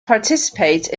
participate